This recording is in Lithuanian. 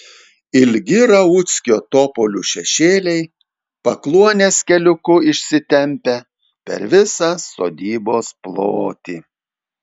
ilgi rauckio topolių šešėliai pakluonės keliuku išsitempia per visą sodybos plotį